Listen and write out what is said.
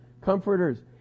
comforters